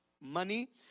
money